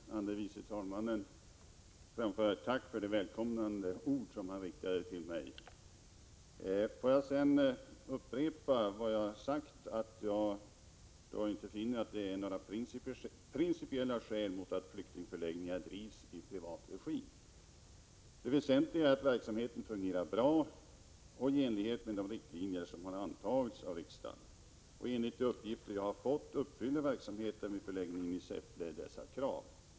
Herr talman! Först vill jag till andre vice talmannen framföra ett tack för de välkomnande ord som han riktade till mig. Får jag sedan upprepa vad jag har sagt, nämligen att jag inte finner att det är några principiella skäl mot att flyktingförläggningar drivs i privat regi. Det väsentliga är att verksamheten fungerar bra och i enlighet med de riktlinjer som har antagits av riksdagen. Enligt de uppgifter jag har fått uppfyller verksamheten vid förläggningen i Säffle dessa krav.